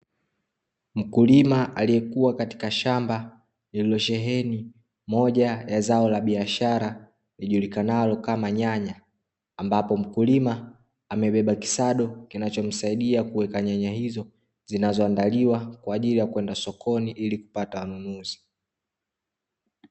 Mkulima aliyekuwa katika shamba lililosheheni moja ya zao la biashara lijulikanalo kama nyanya ambapo mkulima amebeba kisado kinachomsaidia kuweka nyanya hizo zinazoandaliwa kwa ajili ya kwenda sokoni ili kupata wanunuzi.